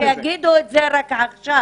טוב שהתחילו להגיד את זה.